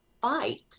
fight